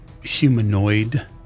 humanoid